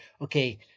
Okay